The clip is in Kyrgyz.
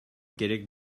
керек